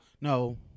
no